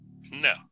No